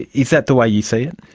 is that the way you see it?